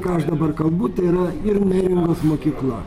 ką aš dabar kalbu tai yra ir neringos mokykla